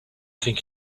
think